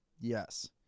Yes